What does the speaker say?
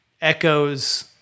echoes